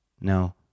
No